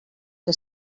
que